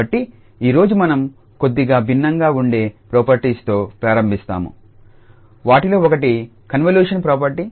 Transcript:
కాబట్టి ఈ రోజు మనం కొద్దిగా భిన్నంగా ఉండే ప్రాపర్టీస్ తో ప్రారంభిస్తాము వాటిలో ఒకటి కన్వల్యూషన్ ప్రాపర్టీ